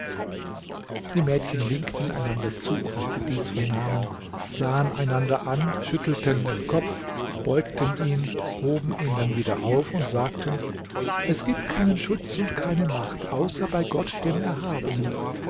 die mädchen winkten einander zu als sie dies vernahmen sahen einander an schüttelten den kopf beugten ihn hoben ihn dann wieder auf und sagten es gibt keinen schutz und keine macht außer bei gott dem erhabenen